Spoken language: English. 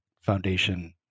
foundation